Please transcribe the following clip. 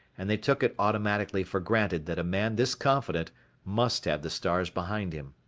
and they took it automatically for granted that a man this confident must have the stars behind him.